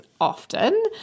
often